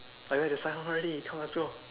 like where to sign up already come let's go